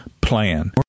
Plan